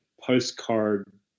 postcard